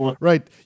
Right